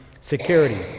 security